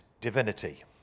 divinity